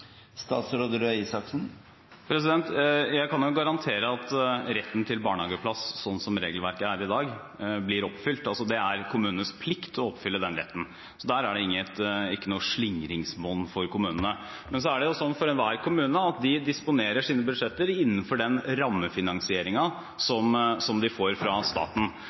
Jeg kan nok garantere at retten til barnehageplass, slik som regelverket er i dag, blir oppfylt. Det er kommunenes plikt å oppfylle den retten. Der er det ikke noe slingringsmonn for kommunene. Men det er slik for enhver kommune, at de disponerer sine budsjetter innenfor den rammefinansieringen de får fra staten.